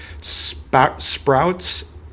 Sprouts